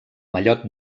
mallot